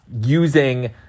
using